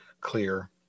clear